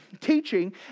teaching